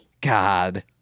God